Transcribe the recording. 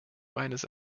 meines